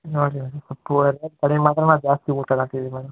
ನೋಡಿರಿ ಮೇಡಮ್ ಕಡ್ಮೆ ಮಾಡ್ದ್ರೆ ನಾವು ಜಾಸ್ತಿ ಹೂ ತಗೊಂತೀವಿ ಮೇಡಮ್